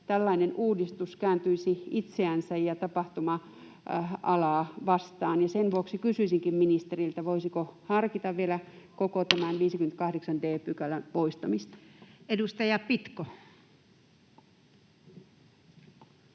tällainen uudistus kääntyisi itseänsä ja tapahtuma-alaa vastaan? Sen vuoksi kysyisinkin ministeriltä: voisiko harkita vielä koko tämän 58 d §:n poistamista? [Speech 68]